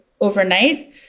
overnight